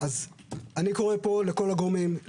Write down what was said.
אני קורא פה לכל הגורמים,